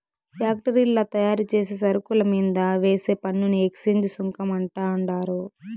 ఫ్యాక్టరీల్ల తయారుచేసే సరుకుల మీంద వేసే పన్నుని ఎక్చేంజ్ సుంకం అంటండారు